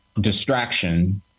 distraction